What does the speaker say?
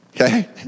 Okay